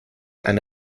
and